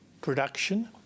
production